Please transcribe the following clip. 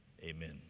Amen